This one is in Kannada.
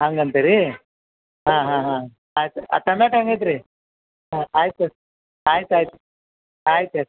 ಹಂಗೆ ಅಂತೀರಾ ಹಾಂ ಹಾಂ ಹಾಂ ಆಯ್ತು ಆ ಟಮೆಟ ಹೆಂಗೈತೆ ರೀ ಹಾಂ ಆಯ್ತು ತೋರಿ ಆಯ್ತು ಆಯ್ತು ಆಯ್ತು ಆಯ್ತು